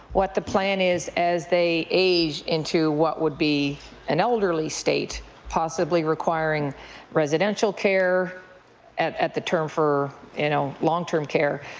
what the plan is as they age into what would be an elderly state possibly requiring residential care at at the term for, you know, long-term care.